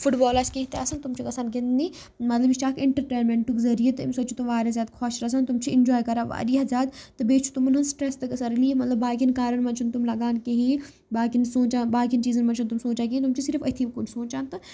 foot بال آسہِ کیٚنٛہہ تہِ آسَن تِم چھِ گژھان گِنٛدنہِ مطلب یہِ چھُ اکھ اِنٹَرٹینمٮ۪نٛٹُک ذٔریعہِ تہٕ اَمہِ سۭتۍ چھِ تِم وارِیاہ زیادٕ خوش روزان تِم چھِ اِنجاے کَران وارِیاہ زیادٕ تہٕ بیٚیہِ چھِ تِمَن ہُنٛد سٕٹرَس تہِ گَژھان رِلیٖف مطلب باقین کارن منٛز چھِنہٕ تِم لَگان کِہیٖنۍ باقین سونٛچان باقین چیٖزَن منٛز چھِنہٕ تِم سونٛچان کِہیٖنۍ تِم چھِ صِرِف أتھی کُن سونٛچان تہٕ